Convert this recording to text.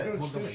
חבר'ה,